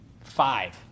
Five